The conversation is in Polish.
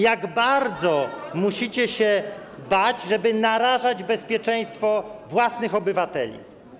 Jak bardzo musicie się bać, żeby narażać bezpieczeństwo własnych obywateli.